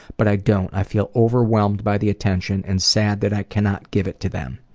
but i don't. i feel overwhelmed by the attention and sad that i cannot give it to them.